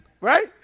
right